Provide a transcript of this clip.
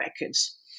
records